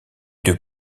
deux